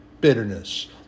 bitterness